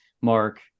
Mark